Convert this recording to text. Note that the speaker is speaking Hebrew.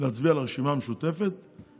אני לא בא אליך בתלונות בעניין הזה.